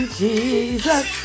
jesus